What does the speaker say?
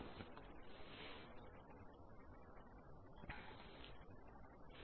LINSYS1 DESKTOPPublicggvlcsnap 2016 02 29 10h04m36s71